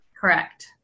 Correct